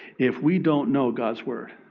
if we don't know god's word.